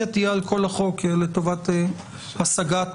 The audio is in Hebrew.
ההסתייגות